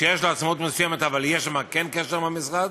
שיש לו עצמאות מסוימת, אבל כן יש שם קשר עם המשרד,